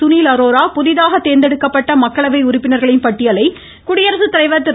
சுனில் அரோரா புதிதாக தேர்ந்தெடுக்கப்பட்ட மக்களவை உறுப்பினர்களின் பட்டியலை குடியரசுத்தலைவர் திரு